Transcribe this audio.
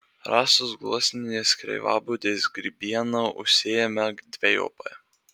rąstus gluosninės kreivabudės grybiena užsėjame dvejopai